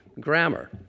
Grammar